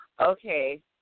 Okay